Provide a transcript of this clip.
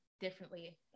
differently